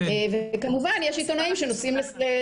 וכמובן יש עיתונאים שנוסעים לנושאים אחרים